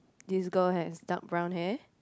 this girl has dark brown hair